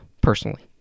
personally